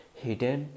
hidden